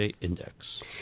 Index